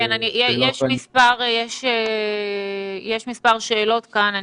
יש מספר שאלות כאן.